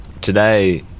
today